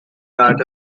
that